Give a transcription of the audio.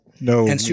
no